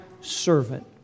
servant